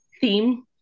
theme